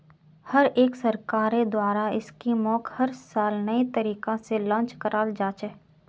हर एक सरकारेर द्वारा स्कीमक हर साल नये तरीका से लान्च कराल जा छे